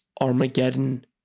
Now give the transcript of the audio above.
Armageddon